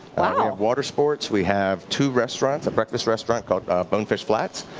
ah water sports, we have two restaurants, a breakfast restaurant called bone fish flats.